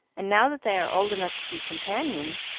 and now that they are old enough to be companions,